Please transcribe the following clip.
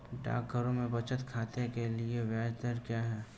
डाकघरों में बचत खाते के लिए ब्याज दर क्या है?